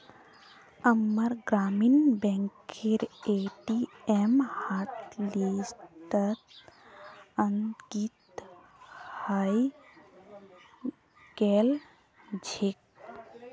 अम्मार ग्रामीण बैंकेर ए.टी.एम हॉटलिस्टत अंकित हइ गेल छेक